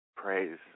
Praise